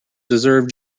deserve